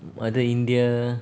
mother india